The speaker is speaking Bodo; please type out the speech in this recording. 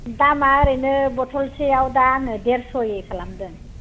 दामा ओरैनो बटलसेयाव दा आङो देरस'यै खालामदों